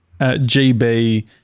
GB